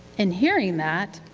and hearing that,